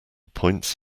points